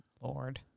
Lord